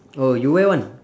oh you where one